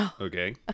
okay